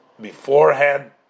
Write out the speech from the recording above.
beforehand